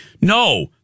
No